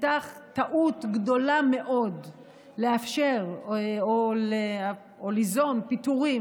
הייתה טעות גדולה מאוד לאפשר או ליזום פיטורין